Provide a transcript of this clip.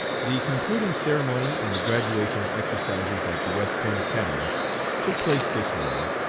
the concluding ceremony in the graduation exercises at the west point academy took place this morning,